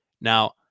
Now